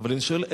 אבל אני שואל,